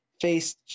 face